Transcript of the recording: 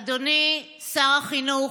אדוני שר החינוך,